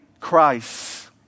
Christ